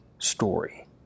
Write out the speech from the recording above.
story